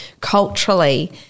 culturally